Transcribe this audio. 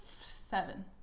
seven